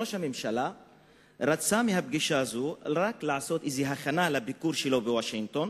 ראש הממשלה רצה בפגישה הזאת לעשות רק הכנה לביקור שלו בוושינגטון,